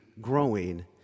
growing